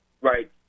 right